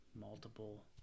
multiple